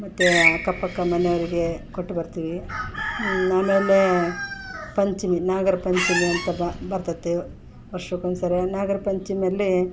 ಮತ್ತು ಅಕ್ಕ ಪಕ್ಕ ಮನೆಯವರಿಗೆ ಕೊಟ್ಟುಬರ್ತೀವಿ ಆಮೇಲೆ ಪಂಚಮಿ ನಾಗರ ಪಂಚಮಿ ಅಂತ ಬರ್ತೈತಿ ವರ್ಷಕ್ಕೆ ಒಂದ್ಸರಿ ನಾಗರ ಪಂಚಮಿಯಲ್ಲಿ